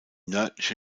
nördliche